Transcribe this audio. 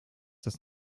das